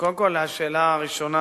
קודם כול, לשאלה הראשונה.